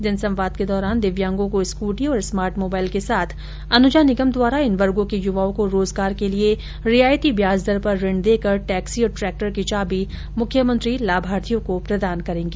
जनसंवाद के दौरान दिव्यांगों को स्कूटी और स्मार्ट मोबाइल के साथ अनुजा निगम द्वारा इन वर्गों के युवाओं को रोजगार के लिए रियायती ब्याज दर पर ऋण देकर टैक्सी और ट्रैक्टर की चाबी मुख्यमंत्री लाभार्थियों को प्रदान करेंगी